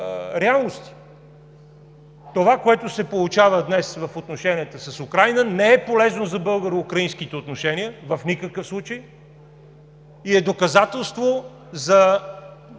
Това, което се получава днес в отношенията с Украйна, не е полезно за българо-украинските отношения в никакъв случай и е доказателство за